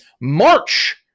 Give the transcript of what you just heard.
March